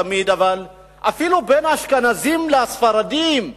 אבל אפילו בין האשכנזים לספרדים,